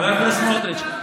חבר הכנסת סמוטריץ',